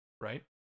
right